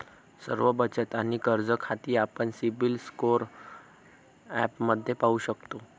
सर्व बचत आणि कर्ज खाती आपण सिबिल स्कोअर ॲपमध्ये पाहू शकतो